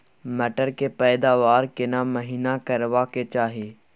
मटर के पैदावार केना महिना करबा के चाही?